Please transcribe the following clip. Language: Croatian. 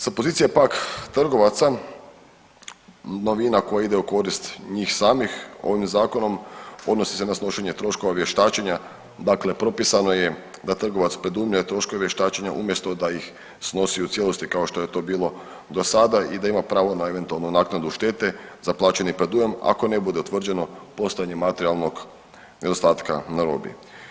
Sa pozicije pak trgovaca novina koja ide u korist njih samim ovim zakonom odnosi se na snošenje troškova vještačenja, dakle propisano je da trgovac …/nerazumljivo/… troškove vještačenja umjesto da ih snosi u cijelosti kao što je to bilo do sada i da ima pravo na eventualnu naknadu štete za plaćeni predujam ako ne bude utvrđeno postojanje materijalnog nedostatka na robi.